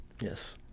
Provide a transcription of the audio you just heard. Yes